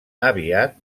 aviat